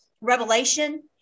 Revelation